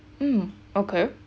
mm okay